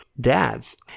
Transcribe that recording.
dads